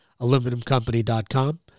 Aluminumcompany.com